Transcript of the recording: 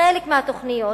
בחלק מהתוכניות,